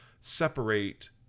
separate